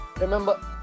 Remember